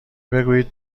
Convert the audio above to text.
بگویید